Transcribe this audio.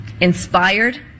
inspired